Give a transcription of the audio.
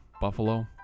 Buffalo